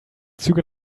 züge